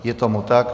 Je tomu tak.